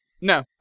No